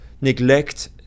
neglect